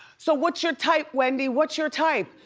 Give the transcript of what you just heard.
so what's your type, wendy? what's your type?